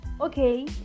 okay